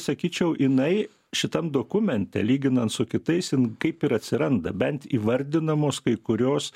sakyčiau jinai šitam dokumente lyginant su kitais kaip ir atsiranda bent įvardinamos kai kurios